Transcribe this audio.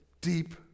deep